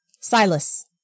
Silas